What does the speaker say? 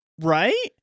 Right